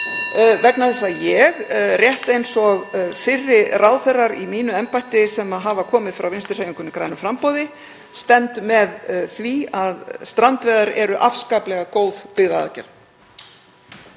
vegna þess að ég, rétt eins og fyrri ráðherrar í mínu embætti sem hafa komið frá Vinstrihreyfingunni – grænu framboði, stend með því að strandveiðar eru afskaplega góð byggðaaðgerð.